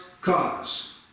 cause